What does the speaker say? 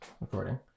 recording